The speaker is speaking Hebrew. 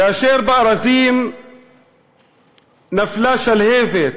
כאשר בארזים נפלה שלהבת,